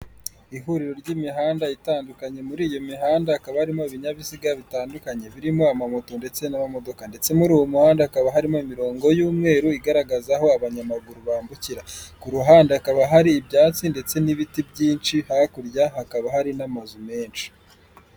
Ihuriro ry'imihanda itandukanye, muri iyo mihanda hakaba harimo ibinyabiziga bitandukanye, birimo amamoto ndetse n'amamodoka ndetse muri uwo muhanda, hakaba harimo imirongo y'umweru igaragaza aho abanyamaguru bambukira. Ku ruhanda hakaba hari ibyatsi ndetse n'ibiti byinshi, hakurya hakaba hari n'amazu menshi.